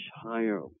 higher